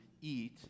eat